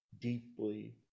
deeply